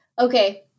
Okay